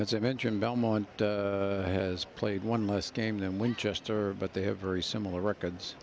as i mentioned belmont has played one less game than winchester but they have very similar records